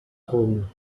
rhône